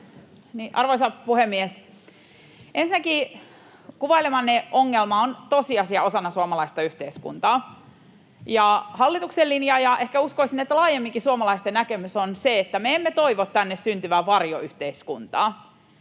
Arvoisa puhemies! Ensinnäkin kuvailemanne ongelma on tosiasia osana suomalaista yhteiskuntaa, ja hallituksen linja, ja ehkä uskoisin, että laajemminkin suomalaisten näkemys, on se, että me emme toivo tänne syntyvän varjoyhteiskuntaa.